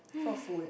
for food